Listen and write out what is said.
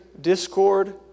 discord